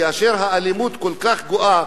כאשר האלימות כל כך גואה,